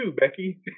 Becky